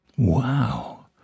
Wow